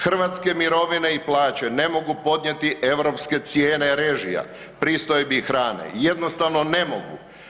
Hrvatske mirovine i plaće ne mogu podnijeti europske cijene režija, pristojbi i hrane, jednostavno ne mogu.